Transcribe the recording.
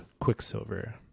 Quicksilver